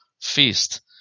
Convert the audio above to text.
feast